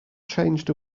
changed